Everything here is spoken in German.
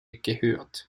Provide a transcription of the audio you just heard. gehört